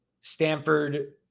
Stanford